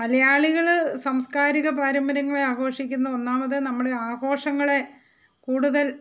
മലയാളികൾ സാംസ്കാരിക പാരമ്പര്യങ്ങളെ ആഘോഷിക്കുന്ന ഒന്നാമത് നമ്മൾ ആഘോഷങ്ങളെ കൂടുതൽ